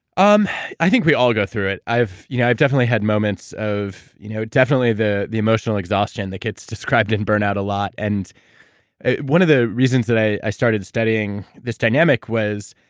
um i think we all go through it. i've you know i've definitely had moments of you know definitely the the emotional exhaustion, that gets described in burnout a lot. and one of the reasons that i started studying this dynamic was,